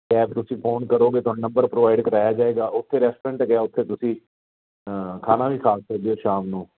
cab ਤੁਸੀਂ phone ਕਰੋਗੇ ਤੁਹਾਡਾ ਨੰਬਰ ਪ੍ਰੋਵਾਈਡ ਕਰਾਇਆ ਜਾਏਗਾ ਉੱਥੇ ਰੈਸਟੋਰੈਂਟ ਹੈਗਾ ਉੱਥੇ ਤੁਸੀਂ ਖਾਣਾ ਵੀ ਖਾ ਸਕਦੇ ਹੋ ਸ਼ਾਮ ਨੂੰ